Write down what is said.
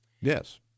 Yes